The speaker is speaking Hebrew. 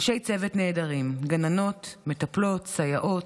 יש אנשי צוות נהדרים, גננות, מטפלות, סייעות,